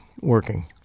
working